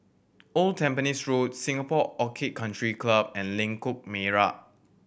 Old Tampines Road Singapore Orchid Country Club and Lengkok Merak